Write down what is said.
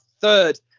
third